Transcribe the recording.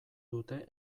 dute